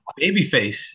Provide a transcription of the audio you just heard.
Babyface